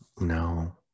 No